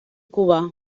cubà